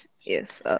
yes